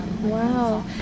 Wow